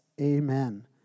amen